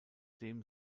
dem